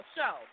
Show